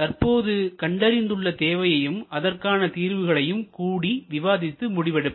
தற்போது கண்டறிந்துள்ள தேவையையும் அதற்கான தீர்வுகளையும் கூடி விவாதித்து முடிவு எடுப்பர்